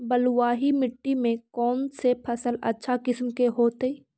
बलुआही मिट्टी में कौन से फसल अच्छा किस्म के होतै?